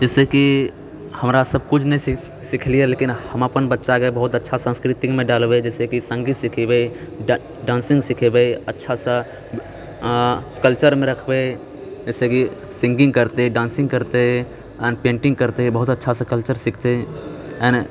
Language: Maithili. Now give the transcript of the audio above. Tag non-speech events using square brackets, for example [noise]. जैसेकि हमरा सबकिछु नहि सिखलियै लेकिन हम अपन बच्चाकेँ बहुत अच्छा संस्कृतिमे डालबै जैसेकी सङ्गीत सिखेबै डा डान्सिङ्ग सिखेबै अच्छासँ कल्चरमे रखबै जैसेकि सिन्गिङ्ग करतै डान्सिङ्ग करतै पेन्टिङ्ग करतै बहुत अच्छासँ कल्चर सीखतै [unintelligible]